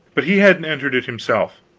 but he hadn't entered it himself.